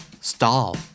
Stall